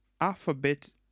alphabet